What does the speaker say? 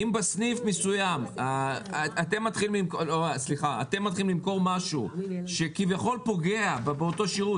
אם בסניף מסוים אתם מתחילים למכור משהו שכביכול פוגע בשירות,